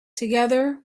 together